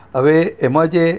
હવે એમાં જે